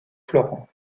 florent